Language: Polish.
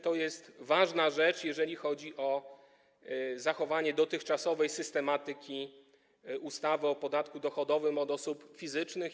To jest ważna rzecz, jeżeli chodzi o zachowanie dotychczasowej systematyki ustawy o podatku dochodowym od osób fizycznych.